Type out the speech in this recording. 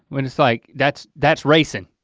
when it's like that's that's racing,